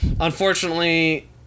unfortunately